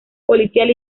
policial